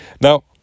Now